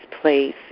place